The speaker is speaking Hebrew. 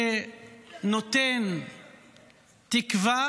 שנותן תקווה